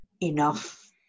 enough